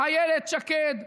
אילת שקד,